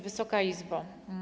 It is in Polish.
Wysoka Izbo!